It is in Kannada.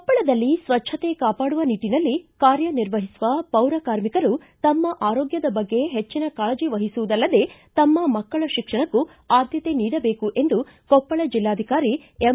ಕೊಪ್ಪಳದಲ್ಲಿ ಸ್ವಜ್ದಕೆ ಕಾಪಾಡುವ ನಿಟ್ಟನಲ್ಲಿ ಕಾರ್ಯ ನಿರ್ವಹಿಸುವ ಪೌರಕಾರ್ಮಿಕರು ತಮ್ಮ ಆರೋಗ್ಯದ ಬಗ್ಗೆ ಹೆಜ್ಜಿನ ಕಾಳಜಿ ವಹಿಸುವುದಲ್ಲದೆ ತಮ್ನ ಮಕ್ಕಳ ಶಿಕ್ಷಣಕ್ಕೂ ಆದ್ದತೆ ನೀಡಬೇಕು ಎಂದು ಕೊಪ್ಪಳ ಜಿಲ್ಲಾಧಿಕಾರಿ ಎಂ